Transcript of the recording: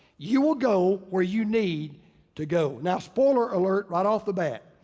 you'll go where you need to go. now, spoiler alert, right off the bat.